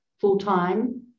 full-time